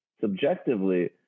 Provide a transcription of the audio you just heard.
subjectively